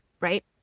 right